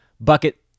bucket